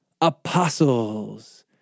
apostles